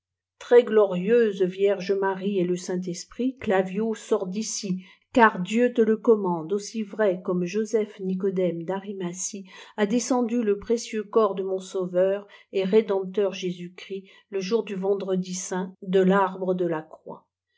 soleil très glorieuse vierge marie et le saint-esprit claviau sors d'ici car dieu te le commande aussi vrai comme joseph nicodème d'ârimalhie a descendu le précieux corps dé mon sauveur et rédempteur jésuschrist le jour du vendredi saint de l'arbre de la croix